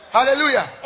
Hallelujah